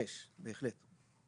5 בהחלט.